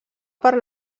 per